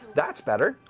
that's better!